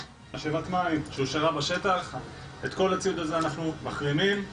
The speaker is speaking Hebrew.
כי עולם ההברחה פוגש את כל הצדדים כמעט